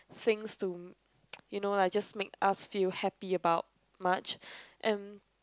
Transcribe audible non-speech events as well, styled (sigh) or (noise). things to (noise) you know like just make us feel happy about much and